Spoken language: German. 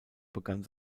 begann